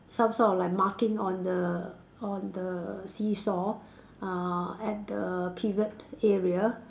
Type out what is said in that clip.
some sort of like marking on the on the seesaw uh at the pivot area